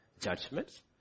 judgments